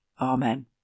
Amen